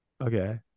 Okay